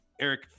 Eric